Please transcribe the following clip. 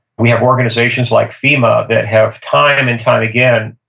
we have organizations like fema that have, time and time again,